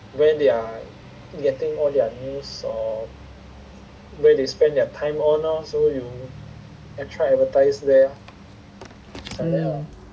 mm